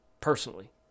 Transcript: personally